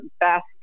best